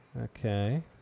Okay